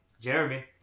Jeremy